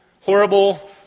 horrible